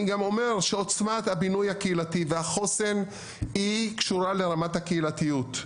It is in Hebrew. אני גם אומר שעוצמת הבינוי הקהילתי והחוסן היא קשורה לרמת הקהילתיות,